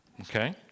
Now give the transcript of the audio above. okay